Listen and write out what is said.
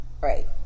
Right